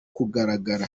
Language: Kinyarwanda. kugaragara